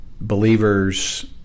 believers